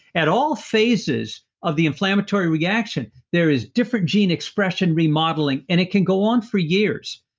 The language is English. at all phases of the inflammatory reaction, there is different gene expression re-modeling. and it can go on for years,